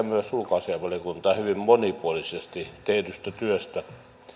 myös ulkoasiainvaliokuntaa hyvin monipuolisesti tehdystä työstä